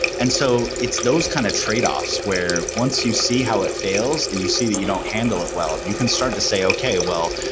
and so it's those kind of trade-offs where once you see how it fails and you see that you don't handle it well, you can start to say, okay. well,